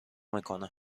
میکنه